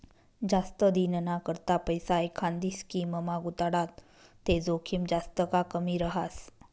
जास्त दिनना करता पैसा एखांदी स्कीममा गुताडात ते जोखीम जास्त का कमी रहास